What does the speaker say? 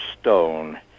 stone